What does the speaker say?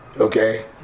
Okay